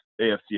AFCA